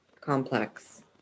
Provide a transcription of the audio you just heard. complex